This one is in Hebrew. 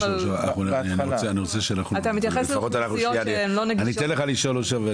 אני אתן לך לשאול אושר,